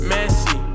Messy